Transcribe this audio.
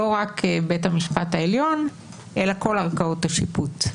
לא רק בית המשפט העליון אלא כל ערכאות השיפוט,